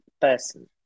person